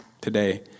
today